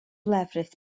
lefrith